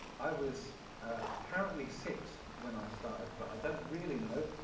i was apparently six when i started, but i don't really know.